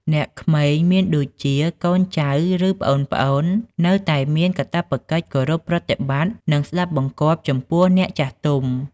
អ្នកក្មេង មានដូចជា កូនចៅ ឬ ប្អូនៗ នៅតែមាន កាតព្វកិច្ចគោរពប្រតិបត្តិ និងស្ដាប់បង្គាប់ ចំពោះអ្នកចាស់ទុំ។